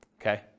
Okay